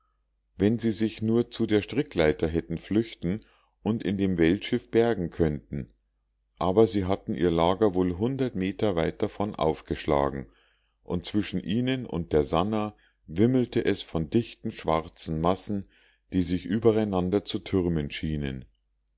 wenn sie sich nur zu der strickleiter hätten flüchten und in dem weltschiff bergen können aber sie hatten ihr lager wohl hundert meter weit davon aufgeschlagen und zwischen ihnen und der sannah wimmelte es von dichten schwarzen massen die sich über einander zu türmen schienen